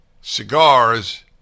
cigars